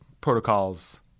protocols